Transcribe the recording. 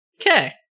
Okay